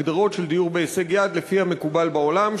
הגדרות של דיור בהישג יד לפי המקובל בעולם,